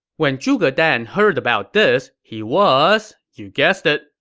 when zhuge dan heard about this, he was, you guessed it,